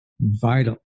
vital